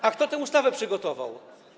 A kto tę ustawę przygotował?